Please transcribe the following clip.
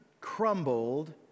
crumbled